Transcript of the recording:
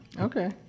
Okay